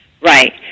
Right